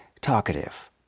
talkative